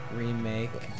remake